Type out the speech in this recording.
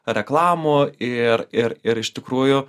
reklamų ir ir ir iš tikrųjų